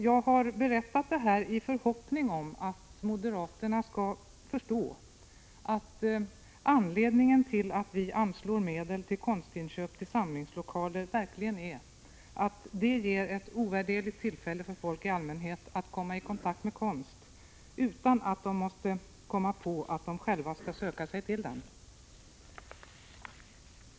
Jag har berättat det här i förhoppningen att moderaterna skall förstå att anledningen till att vi anslår medel till konstinköp till samlingslokalerna verkligen är att detta ger ett ovärderligt tillfälle för folk i allmänhet att komma i kontakt med konst utan att de måste komma på att de själva skall söka sig till den.